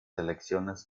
selecciones